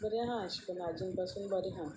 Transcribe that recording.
बरें आसा अशें करून अजून पासून बरें आसा